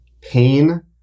Pain